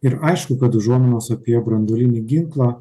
ir aišku kad užuominos apie branduolinį ginklą